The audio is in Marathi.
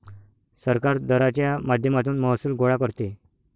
सरकार दराच्या माध्यमातून महसूल गोळा करते